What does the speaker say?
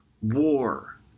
war